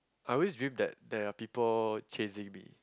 I always dream that there are people chasing me